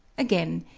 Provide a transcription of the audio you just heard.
again,